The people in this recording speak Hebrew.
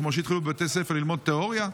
כמו שהתחילו בבתי ספר ללמוד תיאוריה,